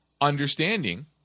understanding